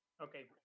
Okay